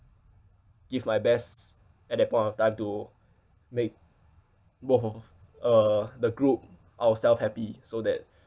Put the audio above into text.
give my best at that point of time to make both of uh the group ourselves happy so that